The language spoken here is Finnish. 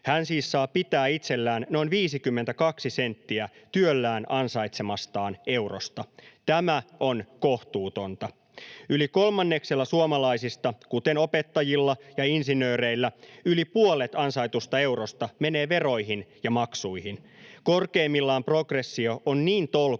Hän siis saa pitää itsellään noin 52 senttiä työllään ansaitsemastaan eurosta. Tämä on kohtuutonta. Yli kolmanneksella suomalaisista, kuten opettajilla ja insinööreillä, yli puolet ansaitusta eurosta menee veroihin ja maksuihin. Korkeimmillaan progressio on niin tolkuton,